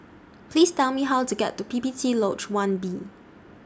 Please Tell Me How to get to P P T Lodge one B